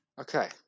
Okay